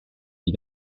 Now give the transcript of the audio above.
die